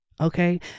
okay